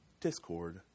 discord